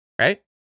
right